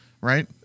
right